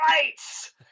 rights